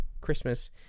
Christmas